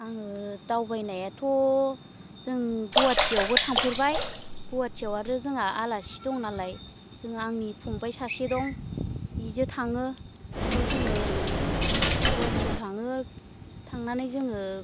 आङो दावबायनायाथ' जों गुवाहाटिआवबो थांफेरबाय गुवाहाटिआव आरो जोंहा आलासि दं नालाय जों आंनि फंबाय सासे दं बेजों थाङो ओमफ्राय जोङो गुवाहाटिआव थाङो थांनानै जोङो